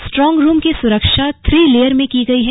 strong room की सुरक्षा three layer में की गई है